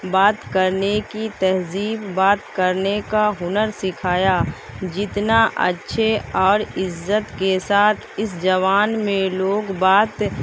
بات کرنے کی تہذیب بات کرنے کا ہنر سکھایا جتنا اچھے اور عزت کے ساتھ اس زبان میں لوگ بات